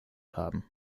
haben